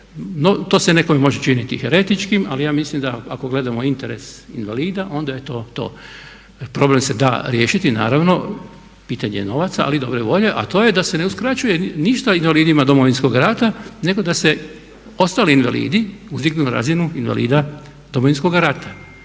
to se nekome može činiti heretičkim ali ja mislim da ako gledamo interes invalida onda je to to. Jer problem se da riješiti naravno, pitanje je novaca, ali i dobre volje. A to je da se ne uskraćuje ništa invalidima Domovinskog rata nego da se ostali invalidi izdignu na razinu invalida Domovinskog rata.